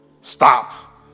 Stop